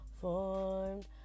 formed